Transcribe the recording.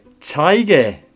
tiger